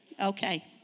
Okay